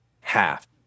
half